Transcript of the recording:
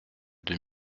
deux